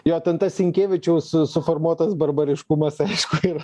jo ten tas sinkėvičiaus suformuotas barbariškumas aišku yra